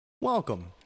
Welcome